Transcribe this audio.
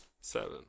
Seven